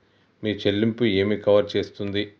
మీ చెల్లింపు ఏమి కవర్ చేస్తుంది?